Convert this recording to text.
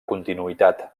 continuïtat